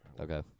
Okay